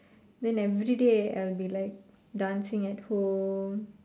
then everyday I'll be like dancing at home